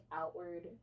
outward